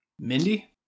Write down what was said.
Mindy